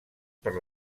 per